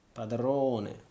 padrone